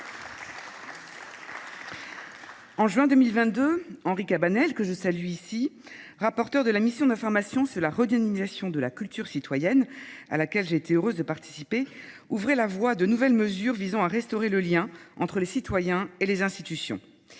En juin 2022, Henri Cabanel, que je salue ici, rapporteur de la mission d'affirmation sur la redénonisation de la culture citoyenne, à laquelle j'ai été heureuse de participer, ouvrait la voie de nouvelles mesures visant à restaurer le lien entre les citoyens et les institutions.